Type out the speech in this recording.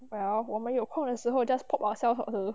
ya 我们有空的时候 just pop ourself hug her